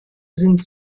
sind